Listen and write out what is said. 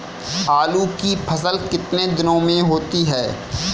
आलू की फसल कितने दिनों में होती है?